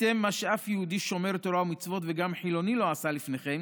עשיתם מה שאף יהודי שומר תורה ומצוות וגם חילוני לא עשה לפניכם,